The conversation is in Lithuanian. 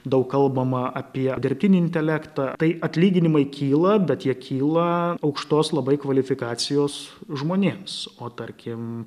daug kalbama apie dirbtinį intelektą tai atlyginimai kyla bet jie kyla aukštos labai kvalifikacijos žmonėms o tarkim